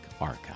Archive